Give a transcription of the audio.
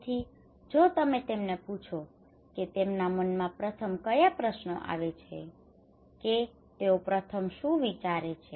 તેથી જો તમે તેમને પૂછો કે તેમના મનમાં પ્રથમ કયા પ્રશ્નો આવે છે કે તેઓ પ્રથમ શું વિચારે છે